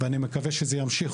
ואני מקווה שזה ימשיך,